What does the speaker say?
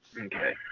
Okay